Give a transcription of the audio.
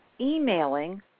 emailing